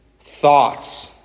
thoughts